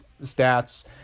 stats